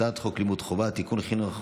הצעת חוק לימוד חובה (תיקון חינוך